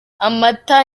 amata